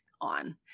on